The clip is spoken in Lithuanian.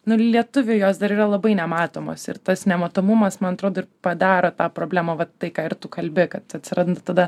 nu lietuviui jos dar yra labai nematomas ir tas nematomumas man atrodo ir padaro tą problemą va taip ką ir tu kalbi kad atsiranda tada